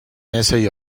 essay